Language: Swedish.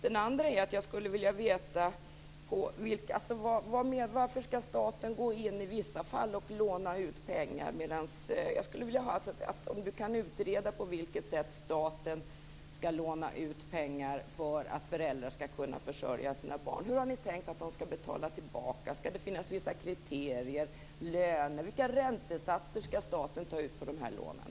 Det andra jag skulle vilja veta är varför staten i vissa fall skall gå in och låna ut pengar. Kan Cecilia Magnusson reda ut på vilket sätt staten skall låna ut pengar för att föräldrar skall kunna försörja sina barn? Hur har ni tänkt att de skall betala tillbaka? Skall det finnas vissa kriterier, vissa löner? Vilka räntesatser skall staten ta ut på de här lånen?